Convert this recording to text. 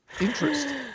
interest